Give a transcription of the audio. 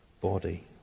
body